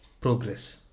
progress